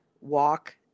walk